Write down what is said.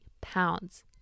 pounds